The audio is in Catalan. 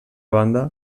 banda